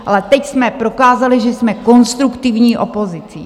Ale teď jsme prokázali, že jsme konstruktivní opozicí.